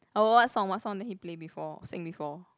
oh what song what song that he play before sing before